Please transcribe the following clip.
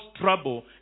trouble